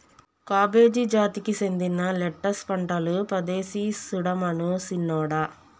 cabbage జాతికి సెందిన lettuce పంటలు పదేసి సుడమను సిన్నోడా